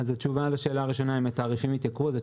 התעריפים היו